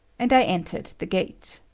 and i entered the gate.